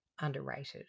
underrated